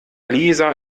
lisa